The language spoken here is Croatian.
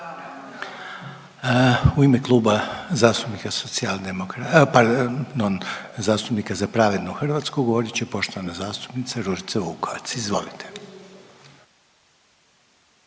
pardon zastupnika Za pravednu Hrvatsku govorit će poštovana zastupnica Ružica Vukovac. Izvolite.